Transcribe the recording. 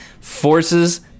forces